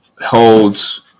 holds